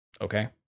Okay